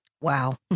Wow